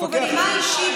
ובנימה אישית,